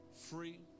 free